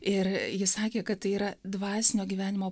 ir ji sakė kad tai yra dvasinio gyvenimo